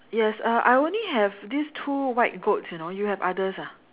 yes uh I only have this two white goats you know you have others ah